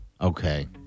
Okay